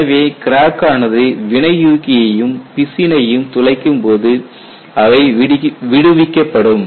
எனவே கிராக் ஆனது வினையூக்கியையும் பிசினையும் துளைக்கும் போது அவை விடுவிக்கப்படும்